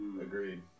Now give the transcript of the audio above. Agreed